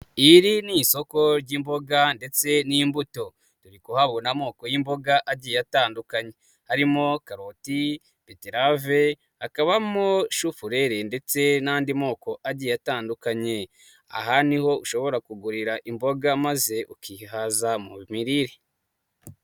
Iri ni isoko ry'imboga ndetse n'imbuto. Ndikuhabona amoko y'imboga agiye atandukanye arimo karoti, beterave, akabamo chifureri ndetse n'andi moko agiye atandukanye. Aha niho ushobora kugurira imboga maze ukihaza mu mirire.